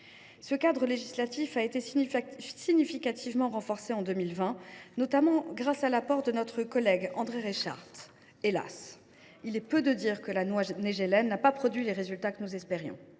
Ce cadre législatif a été significativement renforcé en 2020, notamment grâce à l’apport de notre collègue André Reichardt. Hélas, la loi Naegelen n’a pas produit les résultats que nous espérions